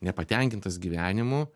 nepatenkintas gyvenimu